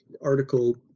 article